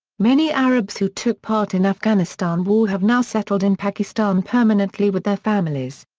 many arabs who took part in afghanistan war have now settled in pakistan permanently with their families.